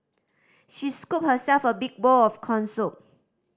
she scooped herself a big bowl of corn soup